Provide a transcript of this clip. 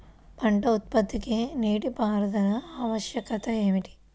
పంట ఉత్పత్తికి నీటిపారుదల ఆవశ్యకత ఏమిటీ?